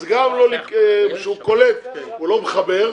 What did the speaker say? אז גם כשהוא קולט הוא לא מחבר.